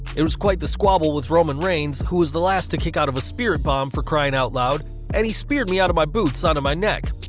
it was quite the squabble with roman reigns who was the last to kick out of a spirit bomb for crying out loud and he speared me out of my boots onto my neck.